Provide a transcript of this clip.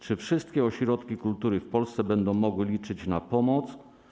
Czy wszystkie ośrodki kultury w Polsce będą mogły liczyć na pomoc?